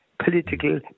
Political